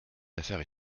affaires